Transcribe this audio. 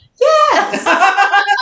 Yes